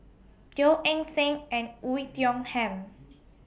Teo Eng Seng and Oei Tiong Ham